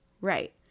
Right